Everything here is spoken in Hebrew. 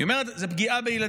היא אומרת: זו פגיעה בילדים.